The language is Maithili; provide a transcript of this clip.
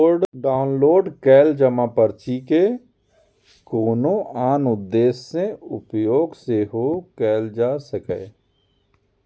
डॉउनलोड कैल जमा पर्ची के कोनो आन उद्देश्य सं उपयोग सेहो कैल जा सकैए